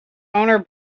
owner